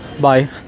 Bye